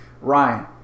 Ryan